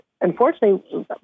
unfortunately